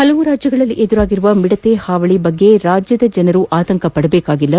ಹಲವು ರಾಜ್ಯಗಳಲ್ಲಿ ಎದುರಾಗಿರುವ ಮಿಡತೆ ಹಾವಳಿ ಕುರಿತು ರಾಜ್ಯದ ರೈತರು ಆತಂಕ ಪಡಬೇಕಾಗಿಲ್ಲ